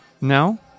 No